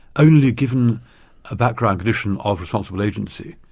only given a background addition of responsible agency,